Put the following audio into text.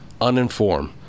uninformed